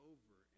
Over